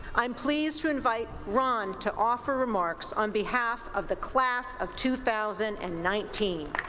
i am pleased to invite ron to offer remarks on behalf of the class of two thousand and nineteen.